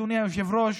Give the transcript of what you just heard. אדוני היושב-ראש,